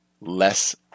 less